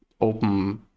open